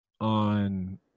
on